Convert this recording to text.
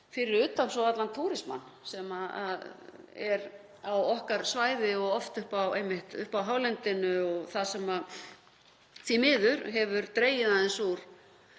fyrir utan svo allan túrismann sem er á okkar svæði og oft einmitt uppi á hálendinu. Því miður hefur dregið aðeins úr